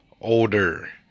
older